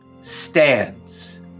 stands